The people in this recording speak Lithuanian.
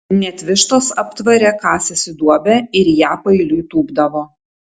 net vištos aptvare kasėsi duobę ir į ją paeiliui tūpdavo